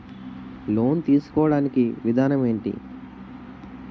Loan తీసుకోడానికి విధానం ఏంటి?